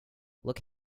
look